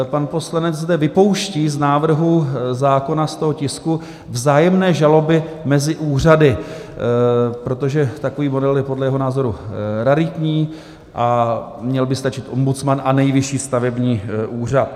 Pan poslanec zde vypouští z návrhu zákona, z toho tisku vzájemné žaloby mezi úřady, protože takový model je dle jeho názoru raritní a měl by stačit ombudsman a Nejvyšší stavební úřad.